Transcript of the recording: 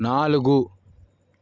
నాలుగు